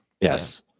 Yes